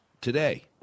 today